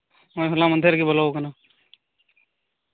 ᱦᱮᱸ ᱦᱚᱞᱟ ᱢᱟᱫᱷᱮᱨ ᱜᱮ ᱵᱚᱞᱚᱣᱟᱠᱟᱱᱟ